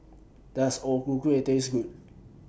Does O Ku Kueh Taste Good